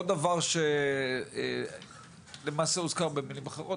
עוד דבר שהוזכר במילים אחרות,